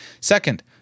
Second